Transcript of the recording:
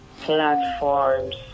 platforms